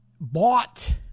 bought